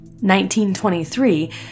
1923